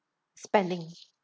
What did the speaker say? spending